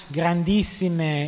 grandissime